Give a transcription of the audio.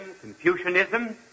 Confucianism